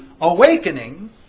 awakening